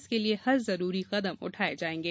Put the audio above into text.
इसके लिए हर जरूरी कदम उठायें जायेंगे